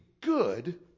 good